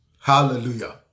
Hallelujah